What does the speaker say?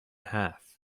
half